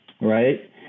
right